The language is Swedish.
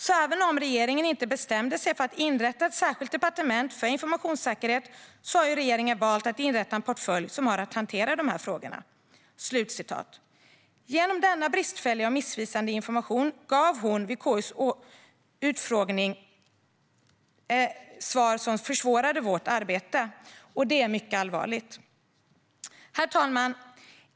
Så även om regeringen inte bestämde sig för att inrätta ett särskilt departement för informationssäkerhet så har ju regeringen valt att inrätta en portfölj som har att hantera de här frågorna." Genom den bristfälliga och missvisande information som hon gav vid KU:s utfrågning försvårade hon vårt arbete. Det är mycket allvarligt. Herr talman!